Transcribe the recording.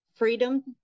Freedom